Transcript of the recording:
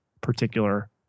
particular